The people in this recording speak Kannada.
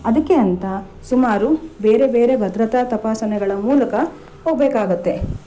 ಅದಕ್ಕೆ ಅಂತ ಸುಮಾರು ಬೇರೆ ಬೇರೆ ಭದ್ರತಾ ತಪಾಸಣೆಗಳ ಮೂಲಕ ಹೋಗಬೇಕಾಗುತ್ತೆ